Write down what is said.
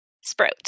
Sprout